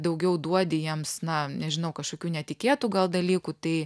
daugiau duodi jiems na nežinau kažkokių netikėtų gal dalykų tai